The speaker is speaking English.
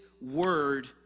word